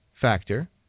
factor